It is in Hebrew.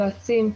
יועצים,